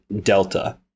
Delta